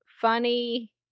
funny